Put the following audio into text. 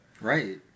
Right